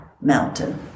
mountain